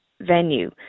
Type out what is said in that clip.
venue